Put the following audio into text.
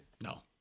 no